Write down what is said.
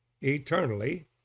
eternally